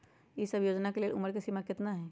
ई सब योजना के लेल उमर के सीमा केतना हई?